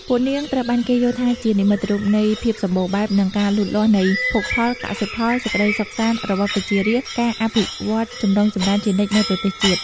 ពួកនាងត្រូវបានគេយល់ថាជានិមិត្តរូបនៃ ភាពសម្បូរបែប និងការលូតលាស់នៃភោគផល កសិផល សេចក្តីសុខសាន្តរបស់ប្រជារាស្ត្រ ការអភិវឌ្ឍន៍ចម្រុងចម្រើនជានិច្ចនៃប្រទេសជាតិ។